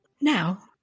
Now